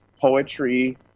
poetry